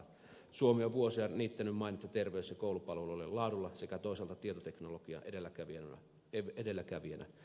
suomi on vuosia niittänyt mainetta terveys ja koulupalvelujen laadulla sekä toisaalta tietoteknologian edelläkävijänä